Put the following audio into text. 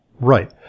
Right